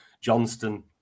Johnston